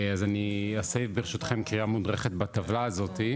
אז אני אעשה ברשותכם קריאה מודרכת בטבלה הזאת,